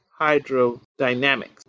hydrodynamics